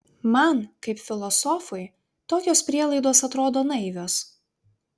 man kaip filosofui tokios prielaidos atrodo naivios